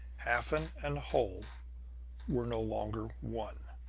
hafen and holl were no longer one!